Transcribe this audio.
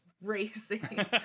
racing